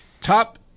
top